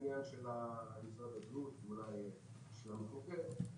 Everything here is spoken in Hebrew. עניין של משרד הבריאות ואולי של המחוקק,